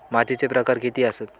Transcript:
मातीचे प्रकार किती आसत?